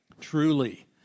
Truly